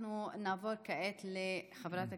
אנחנו נעבור כעת לחברת הכנסת מאי גולן,